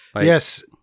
Yes